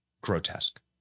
Grotesque